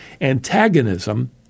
Antagonism